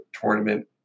tournament